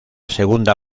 segunda